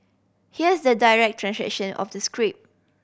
here's the direct translation of the script